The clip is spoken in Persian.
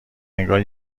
انگار